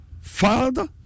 Father